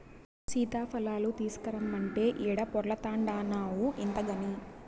సీతాఫలాలు తీసకరమ్మంటే ఈడ పొర్లాడతాన్డావు ఇంతగని